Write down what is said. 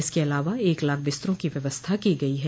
इसके अलावा एक लाख बिस्तरों की व्यवस्था की गई है